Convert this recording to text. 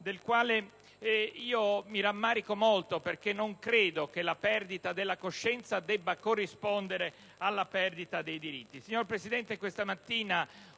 del quale mi rammarico molto, perché non credo che alla perdita della coscienza debba corrispondere la perdita dei diritti.